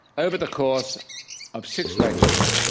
over the course of six lectures,